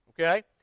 Okay